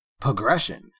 progression